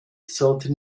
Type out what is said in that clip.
sollten